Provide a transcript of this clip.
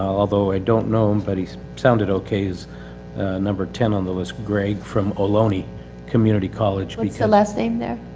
although i don't know him but he sounded okay, is number ten on the list, greg from ohlone community college. what's the last name there?